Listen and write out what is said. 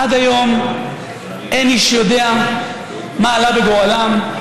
עד היום אין איש יודע מה עלה בגורלם,